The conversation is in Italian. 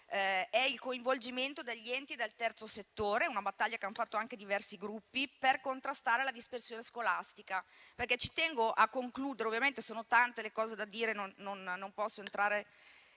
il coinvolgimento degli enti del terzo settore, una battaglia che hanno fatto anche diversi Gruppi, per contrastare la dispersione scolastica. Ovviamente, sono tante le cose da dire e non posso entrare